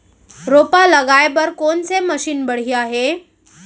रोपा लगाए बर कोन से मशीन बढ़िया हे?